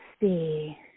see